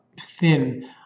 thin